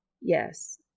Yes